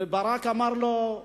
וברק אמר לו,